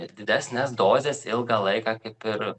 didesnes dozes ilgą laiką kaip ir